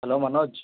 hello Manoj